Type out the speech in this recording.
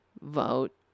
vote